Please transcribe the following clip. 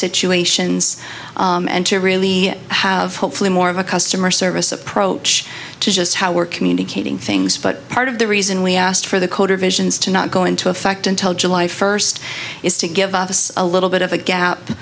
situations and to really have hopefully more of a customer service approach to just how we're communicating things but part of the reason we asked for the code or visions to not go into effect until july first is to give us a little bit of a